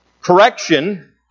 Correction